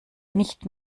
nicht